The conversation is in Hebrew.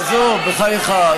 עזוב, בחייך.